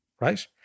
right